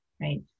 right